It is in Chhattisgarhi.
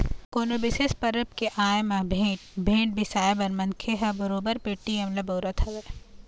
कोनो बिसेस परब के आय म भेंट, भेंट बिसाए बर मनखे ह बरोबर पेटीएम ल बउरत हवय